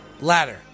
Ladder